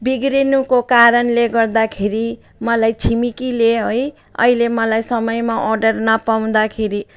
बिग्रिनुको कारण गर्दाखेरि मलाई छिमेकीले है अहिले मलाई समयमा अर्डर नपाउँदाखेरि